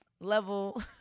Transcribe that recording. level